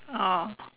oh